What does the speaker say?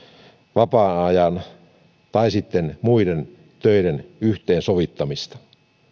vapaa ajan tai muiden töiden yhteensovittamista